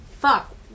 fuck